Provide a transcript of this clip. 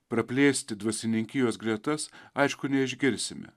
praplėsti dvasininkijos gretas aišku neišgirsime